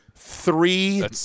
Three